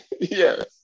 Yes